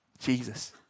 Jesus